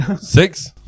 six